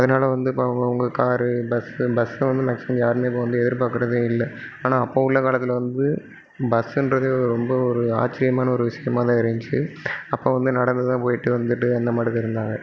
அதனால் வந்து இப்போது அவங்கவங்க காரு பஸ்ஸு பஸ்ஸு வந்து மேக்ஸிமம் யாருமே இப்போது வந்து எதிர்பார்க்கறதே இல்லை ஆனால் அப்போது உள்ள காலத்தில் வந்து பஸ்ஸுகிறதே ரொம்ப ஒரு ஆச்சரியமான ஒரு விஷயமா தான் இருந்துச்சு அப்போது வந்து நடந்து தான் போய்விட்டு வந்துட்டு அந்தமாட்டுக்கு இருந்தாங்க